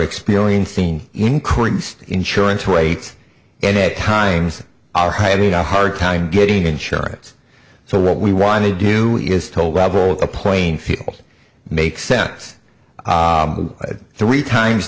experiencing increased insurance rates and at times are hiding a hard time getting insurance so what we want to do is told level the playing field make sense three times